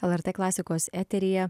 lrt klasikos eteryje